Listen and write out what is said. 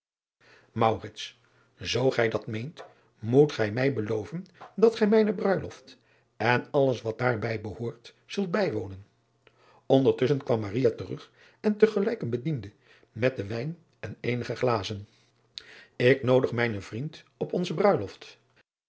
oo gij dat meent moet gij mij beloven dat gij mijne bruiloft en alles wat daar bij behoort zult bijwonen ondertusschen kwam terug en tegelijk een bediende met den wijn en eenige glazen k noodig mijnen vriend op onze bruiloft